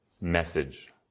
message